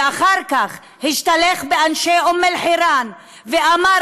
ואחר כך השתלח באנשי אום אלחיראן ואמר